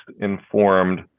informed